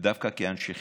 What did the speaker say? ודווקא כאנשי חינוך,